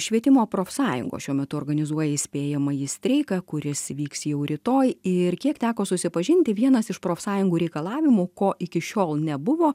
švietimo profsąjungos šiuo metu organizuoja įspėjamąjį streiką kuris vyks jau rytoj ir kiek teko susipažinti vienas iš profsąjungų reikalavimų ko iki šiol nebuvo